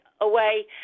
away